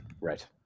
Right